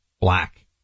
black